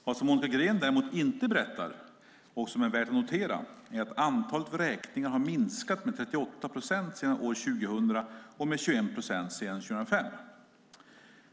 Vad Monica Green däremot inte berättar, och som är värt att notera, är att antalet vräkningar har minskat med 38 procent sedan år 2000 och med 21 procent sedan år 2005.